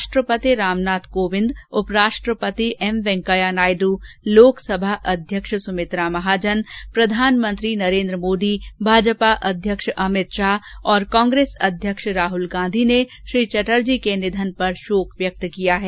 राष्ट्रपति रामनाथ कोविन्द उप राष्ट्रपति एम वेंकैया नायडू लोकसभा अध्यक्ष सुमित्रा महाजन प्रधानमंत्री नरेन्द्र मोदी भाजपा अध्यक्ष अमित शाह और कांग्रेस अध्यक्ष राहुल गांधी ने श्री चटर्जी के निधन पर शोक व्यक्त किया है